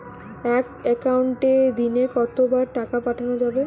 এক একাউন্টে দিনে কতবার টাকা পাঠানো যাবে?